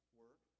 work